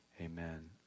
Amen